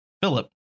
Philip